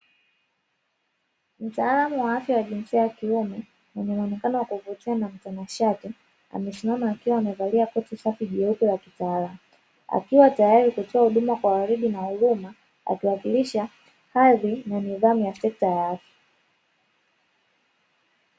Mtaalamu wa afya ya jinsia ya kiume mwenye muonekano wa kuvutia na mtanashati amesimama akiwa amevalia koti safi jeupe la kitaalamu, akiwa tayari kutoa huduma kwa waridi na huruma akiwamilisha hadhi na nidhamu ya sekta ya afya.